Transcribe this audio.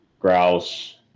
grouse